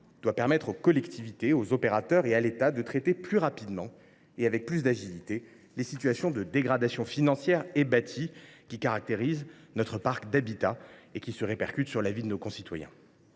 à l’avenir, aux collectivités, aux opérateurs et à l’État de traiter plus rapidement et avec plus d’agilité les situations de dégradation financière et bâtie qui caractérisent notre parc d’habitat et qui ont des effets sur la vie de nos concitoyens.